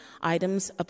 items